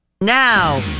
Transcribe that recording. Now